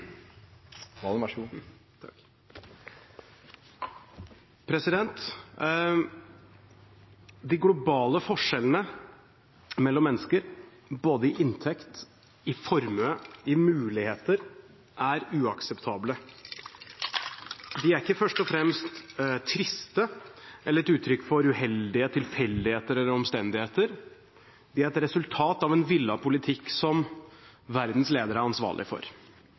globale forskjellene mellom mennesker, både i inntekt, i formue og i muligheter, er uakseptable. De er ikke først og fremst triste eller et uttrykk for uheldige tilfeldigheter eller omstendigheter, de er et resultat av en villet politikk som verdens ledere er ansvarlig for.